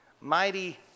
Mighty